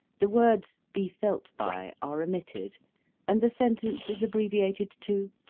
the words be felt by are omitted and the sentence is abbreviated to,